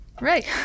right